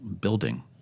building